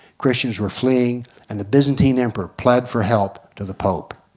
christians were fleeing and the byzantine emperor plead for help to the pope.